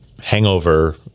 hangover